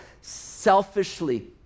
selfishly